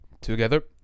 together